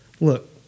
look